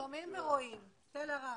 שומעים ורואים, סטלה ראפ.